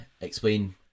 explain